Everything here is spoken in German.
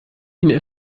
ihnen